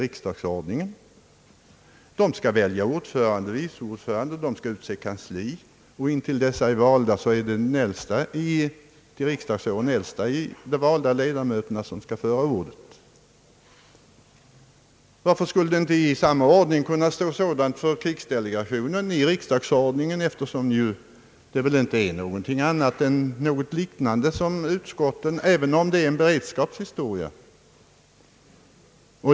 Utskotten skall välja ordförande, vice ordförande samt utse kansli, och tills dessa är valda är det den till riksdagsåren äldsta bland de valda ledamöterna som skall föra ordet. Varför skulle det inte i riksdagsordningen kunna stå något liknande även för krigsdelegationen, eftersom det, även om den är en beredskapsföreteelse, inte gäller något annat än vad utskotten vanligen sysslar med?